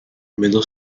middle